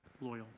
loyal